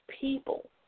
people